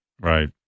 Right